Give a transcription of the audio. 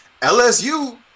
LSU